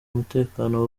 umutekano